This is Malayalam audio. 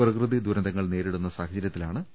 പ്രകൃതി ദുരന്തങ്ങൾ നേരിടുന്ന സാഹചര്യത്തിലാണ് നടപടി